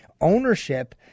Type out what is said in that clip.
ownership